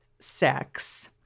sex